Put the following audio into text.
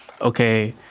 okay